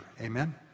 Amen